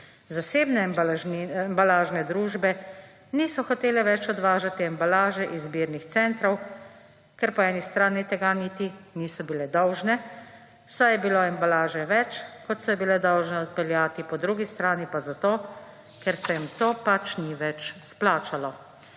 Zasebne embalažne družbe niso hotele več odvažati embalaže iz zbirnih centrov, ker po eni strani tega niti niso bile dolžne, saj je bilo embalaže več, kot so jo bile dolžne odpeljati, po drugi strani pa zato, ker se jim to pač ni več splačalo.